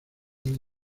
time